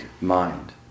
mind